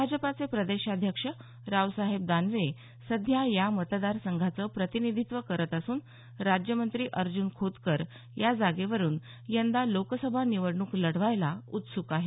भाजपाचे प्रदेशाध्यक्ष रावसाहेब दानवे सध्या या मतदारसंघाचं प्रतिनिधित्व करत असून राज्यमंत्री अर्जून खोतकर या जागेवरून यंदा लोकसभा निवडणूक लढवायला उत्सुक आहेत